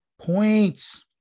points